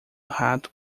rato